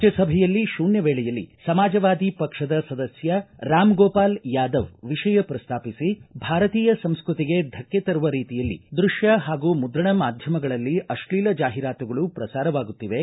ರಾಜ್ಯಸಭೆಯಲ್ಲಿ ಶೂನ್ಯ ವೇಳೆಯಲ್ಲಿ ಸಮಾಜವಾದಿ ಪಕ್ಷದ ಸದಸ್ಯ ರಾಮ್ಗೋಪಾಲ್ ಯಾದವ್ ವಿಷಯ ಪ್ರಸ್ತಾಪಿಸಿ ಭಾರತೀಯ ಸಂಸ್ಟತಿಗೆ ಧಕ್ಕೆ ತರುವ ರೀತಿಯಲ್ಲಿ ದೃಷ್ಠ ಹಾಗೂ ಮುದ್ರಣ ಮಾಧ್ಯಮಗಳಲ್ಲಿ ಅಶ್ಲೀಲ ಜಾಹಿರಾತುಗಳು ಪ್ರಸಾರವಾಗುತ್ತಿವೆ